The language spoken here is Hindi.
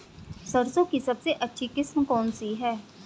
सरसों की सबसे अच्छी किस्म कौन सी है?